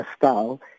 style